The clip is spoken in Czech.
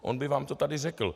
On by vám to tady řekl.